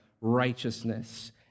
righteousness